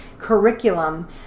curriculum